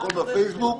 והכול בפייסבוק.